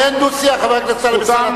אין דו-שיח, חבר הכנסת אלסאנע.